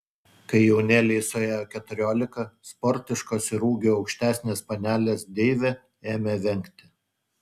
kai jaunėlei suėjo keturiolika sportiškos ir ūgiu aukštesnės panelės deivė ėmė vengti